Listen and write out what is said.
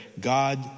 God